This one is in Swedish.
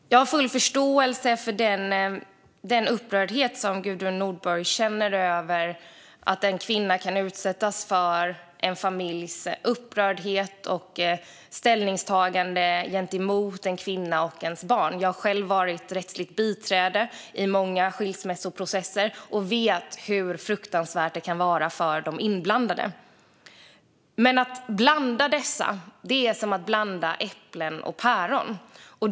Herr talman! Jag har full förståelse för den upprördhet som Gudrun Nordborg känner över hur en kvinna kan utsättas för en familjs ställningstagande gentemot henne och hennes barn. Jag har själv varit rättsligt biträde i många skilsmässoprocesser och vet hur fruktansvärt det kan vara för de inblandade. Men att blanda dessa är som att blanda äpplen och päron.